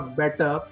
better